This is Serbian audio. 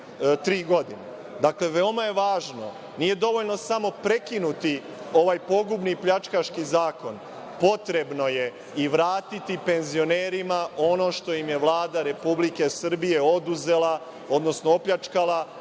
godine. Veoma je važno, nije dovoljno samo prekinuti ovaj pogubni pljačkaški zakon, potrebno je i vratiti penzionerima ono što im je Vlada Republike Srbije oduzela, odnosno opljačkala,